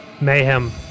Mayhem